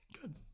good